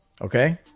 okay